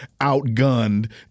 outgunned